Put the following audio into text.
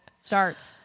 starts